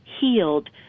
healed